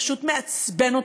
פשוט מעצבן אותי.